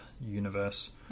universe